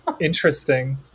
interesting